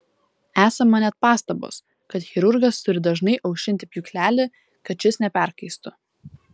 esama net pastabos kad chirurgas turi dažnai aušinti pjūklelį kad šis neperkaistų